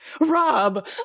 Rob